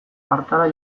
hartara